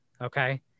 okay